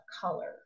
color